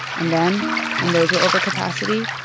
and then when those were over capacity,